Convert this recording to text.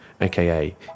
aka